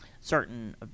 certain